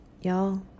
y'all